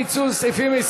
סתיו,